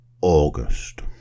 August